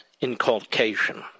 inculcation